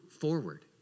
forward